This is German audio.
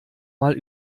mal